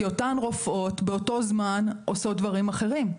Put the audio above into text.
כי אותן רופאות באותו זמן עושות דברים אחרים.